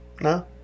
No